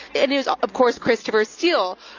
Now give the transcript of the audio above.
and it was of course, christopher steele,